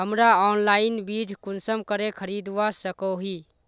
हमरा ऑनलाइन बीज कुंसम करे खरीदवा सको ही?